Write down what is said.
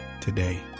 today